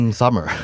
summer